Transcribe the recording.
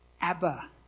Abba